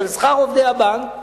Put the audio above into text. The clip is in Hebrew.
של שכר עובדי הבנק,